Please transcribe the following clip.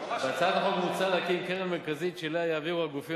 בהצעת החוק מוצע להקים קרן מרכזית שאליה יעבירו הגופים